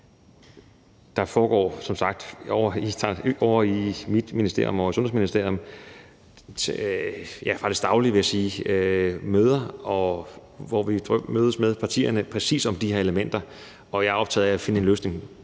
Der foregår som sagt ovre i mit ministerium, Sundhedsministeriet, faktisk dagligt, vil jeg sige, møder, hvor vi mødes med partierne præcis om de her elementer, og jeg er optaget af at finde en løsning